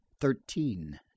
Thirteen